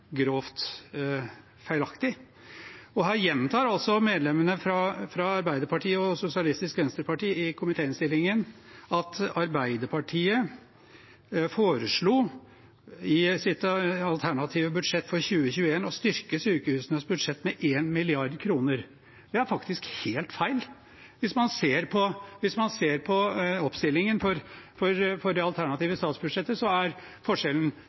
grovt feilaktig. Her gjentar altså medlemmene fra Arbeiderpartiet og Sosialistisk Venstreparti i komitéinnstillingen at Arbeiderpartiet i sitt alternative budsjett for 2021 foreslo å styrke sykehusenes budsjett med 1 mrd. kr. Det er faktisk helt feil. Hvis man ser på oppstillingen for det alternative statsbudsjettet, er forskjellen 270 mill. kr. Det